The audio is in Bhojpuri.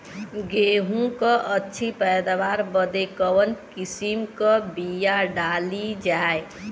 गेहूँ क अच्छी पैदावार बदे कवन किसीम क बिया डाली जाये?